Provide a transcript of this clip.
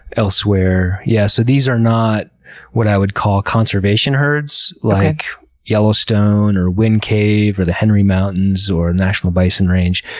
elsewhere, yeah so these are not what i would call conservation herds like yellowstone, or wind cave, or the henry mountains, or national bison range.